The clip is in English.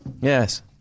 Yes